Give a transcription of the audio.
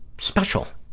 special.